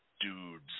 dudes